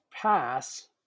pass